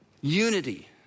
unity